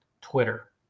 Twitter